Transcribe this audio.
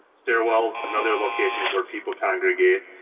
stairwells, and other locations where people congregate,